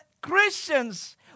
Christians